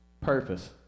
purpose